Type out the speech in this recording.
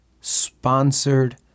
sponsored